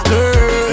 Girl